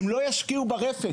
הן לא ישקיעו ברפת.